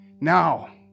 Now